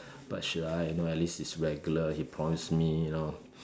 but should I you know at least it is regular he promise me you know